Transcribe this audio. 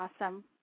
awesome